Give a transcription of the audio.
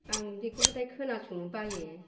आं बिदिखौब्लाथाय खोनासंनो बायो